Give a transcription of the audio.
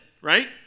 right